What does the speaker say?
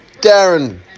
darren